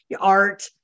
art